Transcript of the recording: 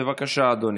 בבקשה, אדוני.